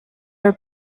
are